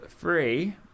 three